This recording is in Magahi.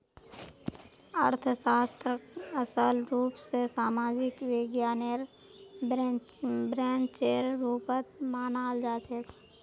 अर्थशास्त्रक असल रूप स सामाजिक विज्ञानेर ब्रांचेर रुपत मनाल जाछेक